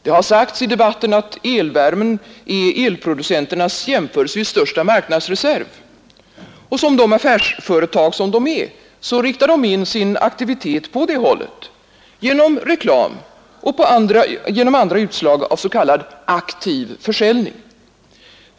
Det har sagts i debatten att eluppvärmningen är elproducenternas jämförelsevis största marknadsreserv, och som de affärsföretag elproducenterna är riktar de in sin aktivitet åt det hållet genom reklam och genom andra utslag av s.k. aktiv försäljning.